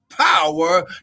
power